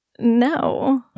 No